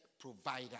provider